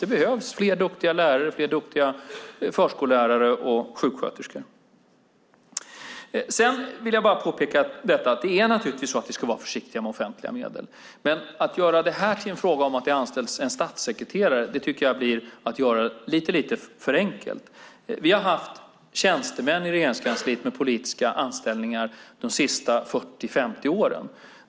Det behövs fler duktiga lärare, förskollärare och sjuksköterskor. Jag vill bara påpeka att vi naturligtvis ska vara försiktiga med offentliga medel. Men att göra det här till en fråga om att det anställs en statssekreterare tycker jag är att göra det lite för enkelt. Vi har i Regeringskansliet haft tjänstemän med politiska anställningar de sista 40-50 åren.